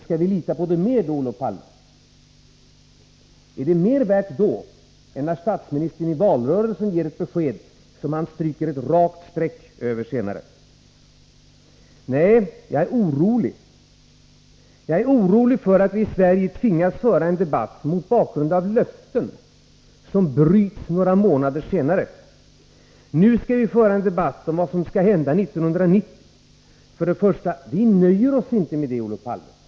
Skall vi lita på det mera då, Olof Palme? Är det mer värt då än när statsministern i valrörelsen ger ett besked som han senare stryker ett rakt streck över? Nej, jag är orolig. Jag är orolig för att vi i Sverige tvingas föra en debatt mot bakgrund av löften som bryts några månader senare. Nu skall vi föra en debatt om vad som skall hända 1990, anser Olof Palme. Vi nöjer oss inte med det, Olof Palme.